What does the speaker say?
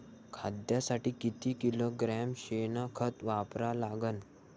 कांद्यासाठी किती किलोग्रॅम शेनखत वापरा लागन?